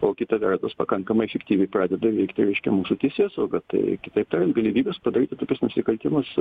o kita vertus pakankamai efektyviai pradeda veikti reiškia mūsų teisėsauga tai kitaip tariant galimybės padaryti tokius nusikaltimus